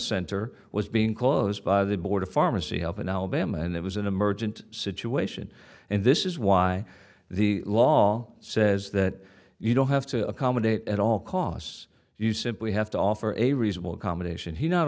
center was being closed by the board of pharmacy health in alabama and it was an emergent situation and this is why the law says that you don't have to accommodate at all costs you simply have to offer a reasonable accommodation he not